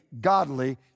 godly